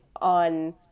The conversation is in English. on